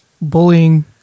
bullying